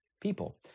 people